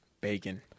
Bacon